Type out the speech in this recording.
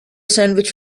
sandwich